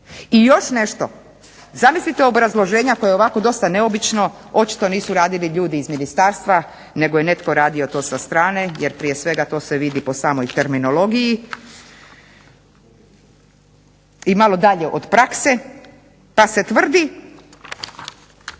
I još nešto, zamislite obrazloženja koje je ovako dosta neobično, očito nisu radili ljudi iz ministarstva nego je netko radio to sa strane jer prije svega to se vidi po samoj terminologiji i malo dalje od prakse. Pa se tvrdi